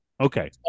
okay